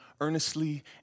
earnestly